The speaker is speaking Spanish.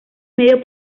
medio